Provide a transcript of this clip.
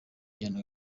njyana